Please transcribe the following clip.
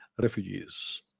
refugees